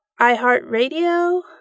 iHeartRadio